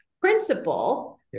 principle